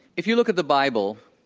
if you look at the bible,